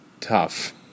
tough